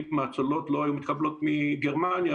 אם הצוללות לא היו מתקבלות מגרמניה,